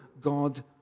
God